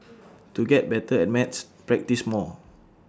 to get better at maths practise more